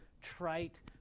trite